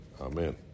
amen